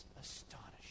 astonishing